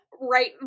right